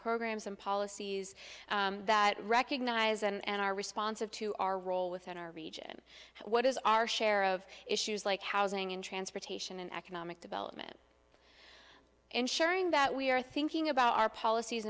programs and policies that recognize and are responsive to our role within our region what is our share of issues like housing in transportation and economic development ensuring that we are thinking about our policies